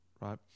right